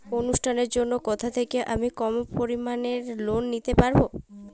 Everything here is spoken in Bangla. অনুষ্ঠানের জন্য কোথা থেকে আমি কম পরিমাণের লোন নিতে পারব?